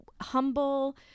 humble